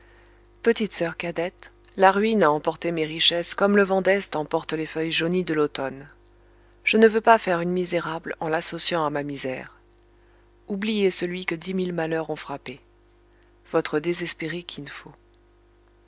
petite soeur cadette la ruine a emporté mes richesses comme le vent d'est emporte les feuilles jaunies de l'automne je ne veux pas faire une misérable en l'associant à ma misère oubliez celui que dix mille malheurs ont frappé votre désespéré kin fo